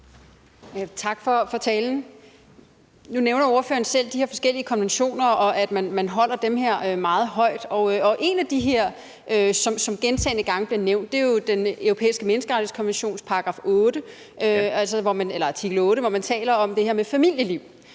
Tak for talen. Nu nævner ordføreren selv de her forskellige konventioner, og at man sætter dem meget højt. En af de her, som gentagne gange bliver nævnt, er jo Den Europæiske Menneskerettighedskonventions artikel 8, hvor man taler om det her med familieliv.